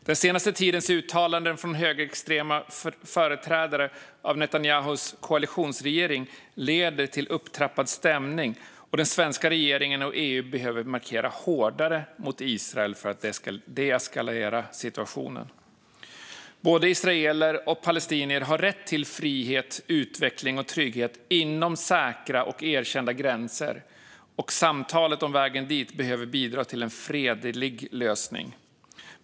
Den senaste tidens uttalanden från högerextrema företrädare för Netanyahus koalitionsregering leder till upptrappad stämning, och den svenska regeringen och EU behöver markera hårdare mot Israel för att deeskalera situationen. Både israeler och palestinier har rätt till frihet, utveckling och trygghet inom säkra och erkända gränser, och samtalet om vägen dit behöver bidra till en fredlig lösning.